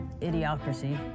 idiocracy